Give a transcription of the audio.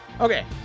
okay